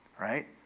right